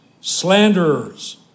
slanderers